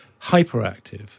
hyperactive